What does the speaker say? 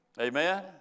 Amen